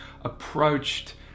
approached